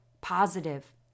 positive